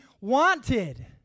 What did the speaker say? wanted